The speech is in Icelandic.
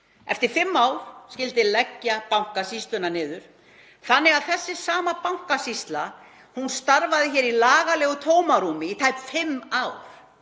Eftir fimm ár skyldi leggja Bankasýsluna niður, þannig að þessi sama bankasýsla starfaði í lagalegu tómarúmi í tæp fimm ár.